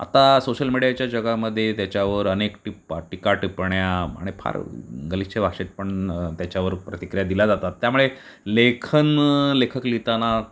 आता सोशल मीडियाच्या जगामध्ये त्याच्यावर अनेक टिपा टिकाटिपण्या आणि फार गलिच्छ भाषेत पण त्याच्यावर प्रतिक्रिया दिल्या जातात त्यामुळे लेखन लेखक लिहिताना